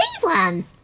one